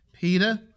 Peter